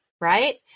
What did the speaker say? right